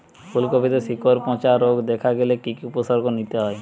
ফুলকপিতে শিকড় পচা রোগ দেখা দিলে কি কি উপসর্গ নিতে হয়?